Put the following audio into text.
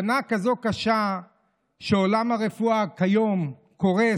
שנה כזאת קשה שעולם הרפואה כיום קורס,